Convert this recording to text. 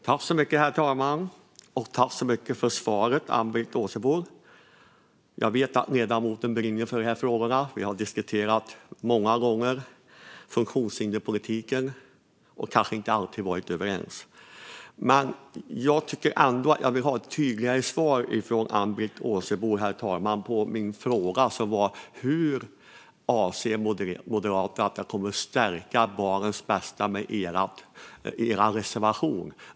Herr talman! Tack så mycket för svaret, Ann-Britt Åsebol! Jag vet att ledamoten brinner för de här frågorna. Vi har diskuterat funktionshinderspolitiken många gånger och kanske inte alltid varit överens. Men jag vill ändå ha ett tydligare svar av Ann-Britt Åsebol på min fråga: Hur avser Moderaterna att stärka barnens bästa genom sin reservation?